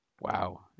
Wow